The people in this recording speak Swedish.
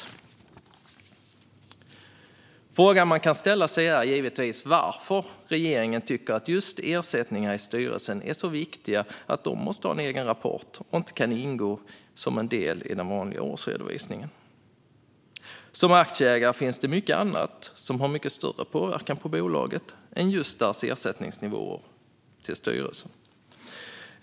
Den fråga man kan ställa sig är givetvis varför regeringen tycker att just ersättningarna till styrelsen är så viktiga att de måste ha en egen rapport och inte kan ingå som en del i den vanliga årsredovisningen. För aktieägarna finns det mycket annat som har mycket större påverkan på bolaget än just nivån på styrelsens ersättningar.